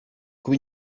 kuba